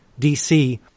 DC